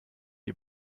die